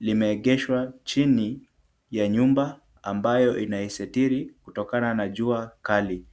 limeegeshwa chini ya nyumba ambayo inaisitiri kutokana na jua kali.